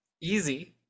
Easy